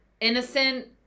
innocent